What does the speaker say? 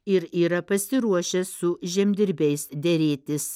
ir yra pasiruošęs su žemdirbiais derėtis